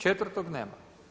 Četvrtog nema.